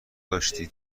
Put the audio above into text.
داشتی